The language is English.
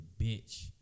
bitch